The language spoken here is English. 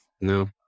No